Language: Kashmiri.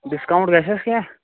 ڈِسکاوُنٹ گژھٮ۪س کیٚنہہ